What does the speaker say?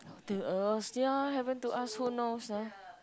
the uh sia happen to us who knows ah